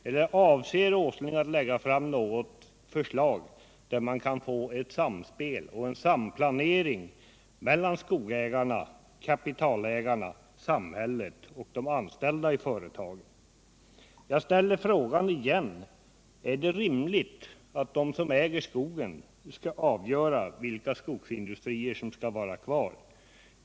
Eller avser statsrådet Åsling att lägga fram något förslag, enligt vilket man kan få ett samspel och en samplanering mellan skogsägarna, kapitalägarna, samhället och de anställda i företagen? Jag frågar på nytt: Är det rimligt att de som äger skogen skall avgöra vilka skogsindustrier som skall vara kvar?